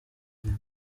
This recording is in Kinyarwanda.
ireme